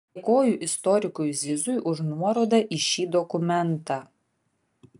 dėkoju istorikui zizui už nuorodą į šį dokumentą